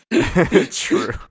true